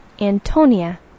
Antonia